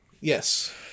Yes